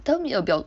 tell me about